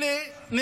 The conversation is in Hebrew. אלה לא מספרים,